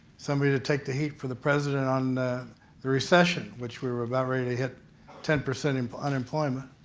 somebody to take the heat for the president on the recession, which we were about ready to hit ten percent and unemployment.